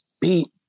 beat